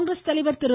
காங்கிரஸ் தலைவர் திரு